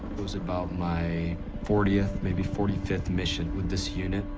was about my fortieth, maybe forty fifth mission with this unit